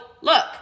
look